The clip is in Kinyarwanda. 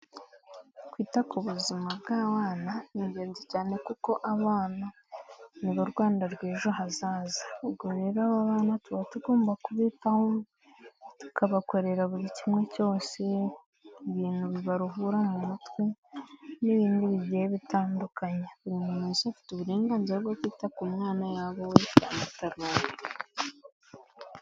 Kwita ku buzima bw'abana ni ingenzi cyane kuko abana ni bo Rwanda rw'ejo hazaza ubwo rero aba bana tuba tugomba kubitaho, tukabakorera buri kimwe cyose ibintu bibaruhura mu mutwe n'ibindi bigiye bitandukanye, buri muntu wese afite uburenganzira bwo kwita ku mwana yaba uwe cyangwa atari uwe.